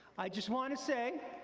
i just want to say,